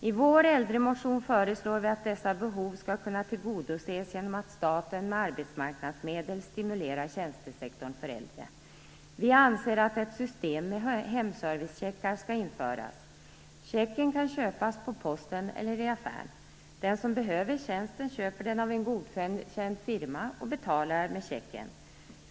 I vår äldremotion föreslår vi att dessa behov skall kunna tillgodoses genom att staten med arbetsmarknadsmedel stimulerar tjänstesektorn för äldre. Vi anser att ett system med hemservicecheckar skall införas. Checken kan köpas på posten eller i affären. Den som behöver tjänsten köper den av en godkänd firma och betalar med checken.